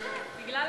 בגלל,